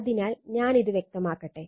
അതിനാൽ ഞാൻ ഇത് വ്യക്തമാക്കട്ടെ